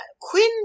Quinn